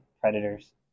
predators